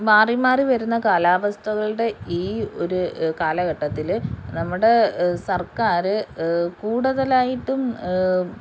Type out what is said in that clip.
മാറി മാറി വരുന്ന കാലാവസ്ഥകളുടെ ഈ ഒരു കാലഘട്ടത്തിൽ നമ്മുടെ സർക്കാർ കൂടുതലായിട്ടും